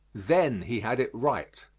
then he had it right.